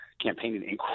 campaigning